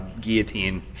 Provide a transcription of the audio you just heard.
guillotine